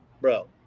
bro